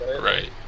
Right